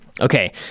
okay